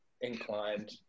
inclined